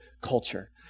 culture